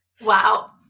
Wow